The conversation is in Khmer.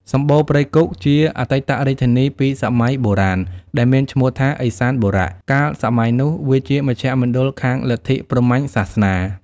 សម្បូណ៌ព្រៃគុហ៍ជាអតីតរាជធានីពីសម័យបុរាណ ដែលមានឈ្មោះថា ឥសានបុរៈ កាលសម័យនោះ វាជាមជ្ឈមណ្ឌលខាងលទ្ធិ ព្រហ្មញ្ញសាសនា។